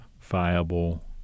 viable